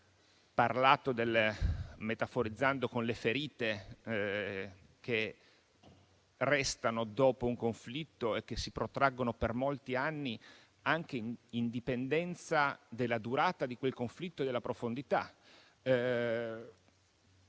parlato, metaforizzando, delle ferite che restano dopo un conflitto e che si protraggono per molti anni anche in dipendenza della durata e della profondità